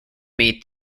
meet